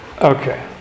Okay